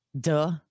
Duh